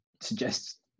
suggest